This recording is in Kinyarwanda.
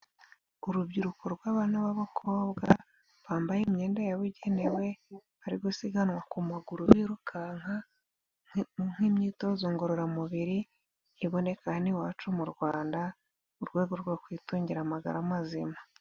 Urubyiruko rw'abana b'abakobwa bambaye imyenda yabugenewe, bari gusiganwa ku maguru birukanka, nk'imyitozo ngororamubiri iboneka hano iwacu mu Rwanda, mu rwego rwo kwitungira amagara mazima.